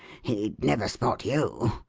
he'd never spot you.